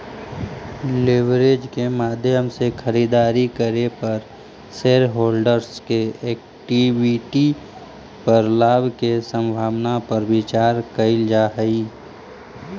leverage के माध्यम से खरीदारी करे पर शेरहोल्डर्स के इक्विटी पर लाभ के संभावना पर विचार कईल जा हई